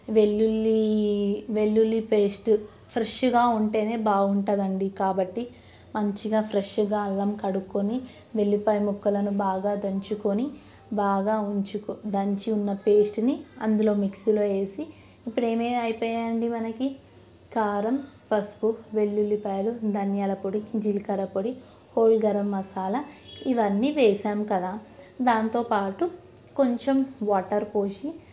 వెల్లుల్లి వెల్లుల్లి పేస్ట్ ఫ్రెష్గా ఉంటేనే బాగుంటుందండి కాబట్టి మంచిగా ఫ్రెష్గా అల్లం కడుక్కొని వెల్లిపాయ ముక్కలను బాగా దంచుకొని బాగా ఉంచుకో దంచి ఉన్న పేస్ట్ని అందులో మిక్సీలో వేసి ఇప్పుడు ఏమేమి అయిపోయాయండి మనకి కారం పసుపు వెల్లుల్లిపాయలు ధనియాల పొడి జీలకర్ర పొడి హోల్ గరం మసాలా ఇవన్నీ వేసాము కదా దాంతో పాటు కొంచెం వాటర్ పోసి